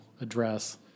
address